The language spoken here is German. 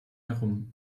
herum